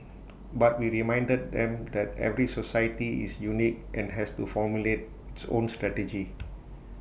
but we reminded them that every society is unique and has to formulate its own strategy